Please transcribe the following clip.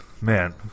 Man